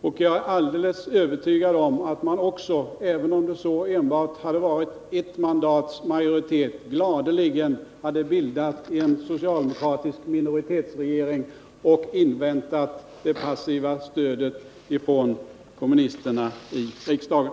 Och jag är alldeles övertygad om att de också — även om de bara hade haft ett mandats majoritet — gladeligen hade bildat en socialdemokratisk minoritetsregering och inväntat det passiva stödet från kommunisterna i riksdagen.